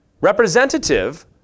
Representative